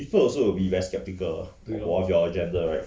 people will also be very skeptical of your agenda right